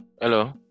Hello